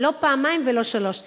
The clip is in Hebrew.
לא פעמיים ולא שלוש פעמים.